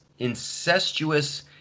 incestuous